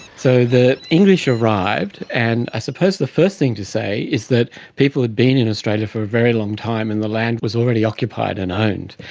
so the english arrived, and i suppose the first thing to say is that people had been in australia for a very long time and the land was already occupied and owned.